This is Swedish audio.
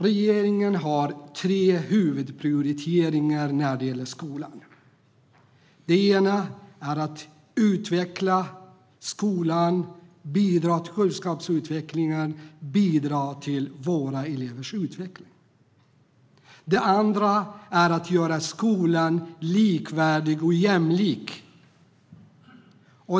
Regeringen har tre huvudprioriteringar när det gäller skolan. Den första är att utveckla skolan, bidra till kunskapsutveckling, bidra till elevers utveckling. Den andra är att göra skolan likvärdig och jämlik.